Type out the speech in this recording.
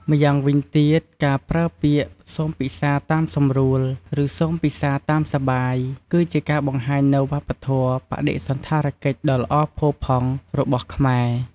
ម្យ៉ាងវិញទៀត ការប្រើពាក្យ "សូមពិសារតាមសម្រួល! ឬសូមពិសារតាមសប្បាយ!" គឺជាការបង្ហាញនូវ វប្បធម៌បដិសណ្ឋារកិច្ចដ៏ល្អផូរផង់ របស់ខ្មែរ។